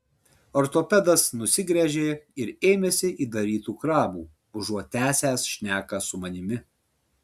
ortopedas nusigręžė ir ėmėsi įdarytų krabų užuot tęsęs šneką su manimi